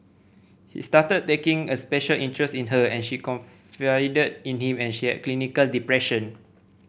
he started taking a special interest in her and she confided in him and she had clinical depression